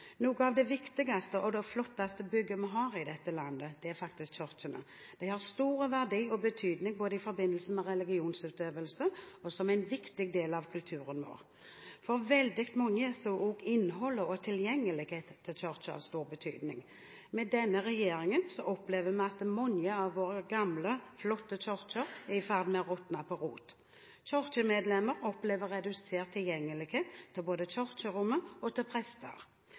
av de viktigste og flotteste byggene vi har i dette landet, er faktisk kirkene. De har stor verdi og betydning både i forbindelse med religionsutøvelse og som en viktig del av kulturen vår. For veldig mange har også innholdet og tilgjengelighet til Kirken stor betydning. Med denne regjeringen opplever vi at mange av våre gamle, flotte kirker er i ferd med å råtne på rot. Kirkemedlemmer opplever redusert tilgjengelighet til både kirkerommet og til prester.